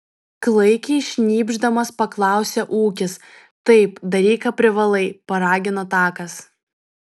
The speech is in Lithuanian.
klaikiai šnypšdamas paklausė ūkis taip daryk ką privalai paragino takas